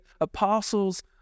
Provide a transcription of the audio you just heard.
apostles